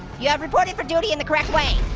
you have reported for duty in the correct way.